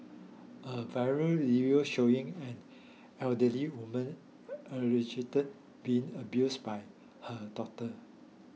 a viral video showing an elderly woman allegedly being abused by her daughter